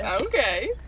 Okay